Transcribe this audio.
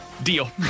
deal